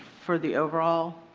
for the overall.